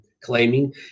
claiming